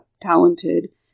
talented